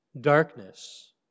darkness